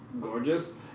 gorgeous